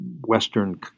Western